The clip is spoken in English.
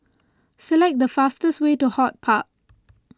select the fastest way to HortPark